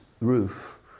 roof